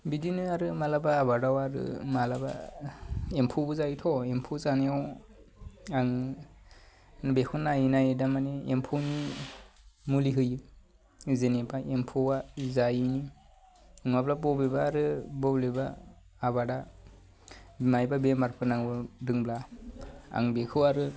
बिदिनो आरो मालाबा आबादाव आरो मालाबा एम्फौबो जायोथ' एम्फौ जानायाव आं बेखौ नायै नायै थारमाने एम्फौनि मुलि होयो जेनेबा एम्फौआ जायिनि नङाब्ला बबेबा आरो बबेबा आबादा मायोबा बेमारफोर नांदोंब्ला आं बेखौ आरो